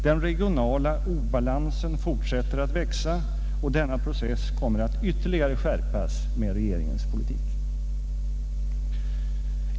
Den regionala obalansen fortsätter att växa, och denna process kommer att ytterligare skärpas med regeringens politik.